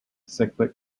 cyclic